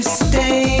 stay